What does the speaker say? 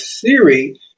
theory